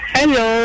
Hello